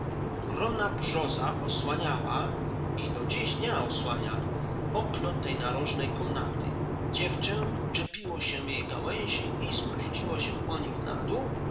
ogromna brzoza osłaniała i do dziś dnia osłania okno tej narożnej komnaty dziewczę uczepiło się jej gałęzi i spuściło się po nich na dół